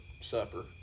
supper